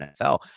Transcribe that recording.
NFL